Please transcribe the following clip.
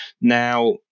Now